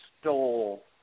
stole